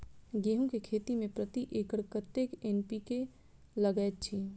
गेंहूँ केँ खेती मे प्रति एकड़ कतेक एन.पी.के लागैत अछि?